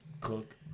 Cook